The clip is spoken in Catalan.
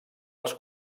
els